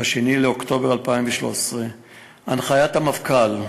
ב-2 באוקטובר 2013. הנחיית המפכ"ל,